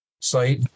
site